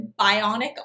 bionic